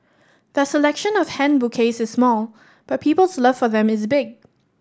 their selection of hand bouquets is small but people's love for them is big